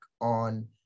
on